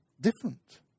different